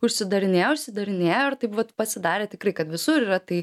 užsidarinėjo užsidarinėjo ir taip vat pasidarė tikrai kad visur yra tai